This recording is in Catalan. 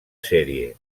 sèrie